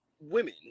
women